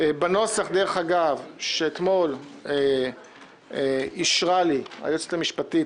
בנוסח שאתמול אישרה לי היועצת המשפטית